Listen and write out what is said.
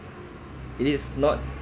it is not